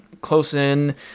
close-in